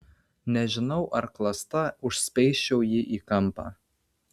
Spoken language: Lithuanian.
nežinau ar klasta užspeisčiau jį į kampą